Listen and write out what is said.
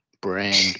brand